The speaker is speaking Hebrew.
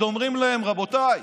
אומרים להם: רבותיי,